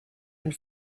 and